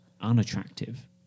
unattractive